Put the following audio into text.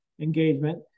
engagement